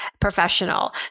professional